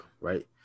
right